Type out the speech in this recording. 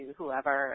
whoever